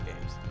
games